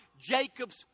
Jacob's